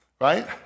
right